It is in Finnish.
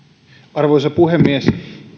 arvoisa puhemies